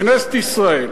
בכנסת ישראל,